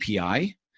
API